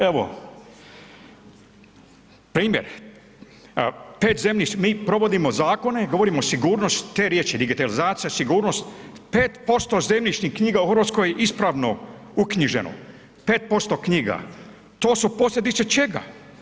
Evo primjer, 5 zemlji mi provodimo zakone, govorimo o sigurnosti, te riječi digitalizacija, sigurnost, 5% zemljišnih knjiga u RH je ispravno uknjiženo, 5% knjiga, to su posljedice čega?